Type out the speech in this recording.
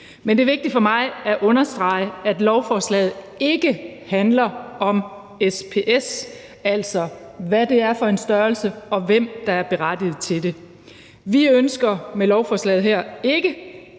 Men det er vigtigt for mig at understrege, at lovforslaget ikke handler om SPS, altså hvad det er for en størrelse, og hvem der er berettiget til det. Vi ønsker med lovforslaget her ikke